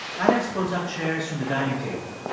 alex pulls up chairs from the dining table.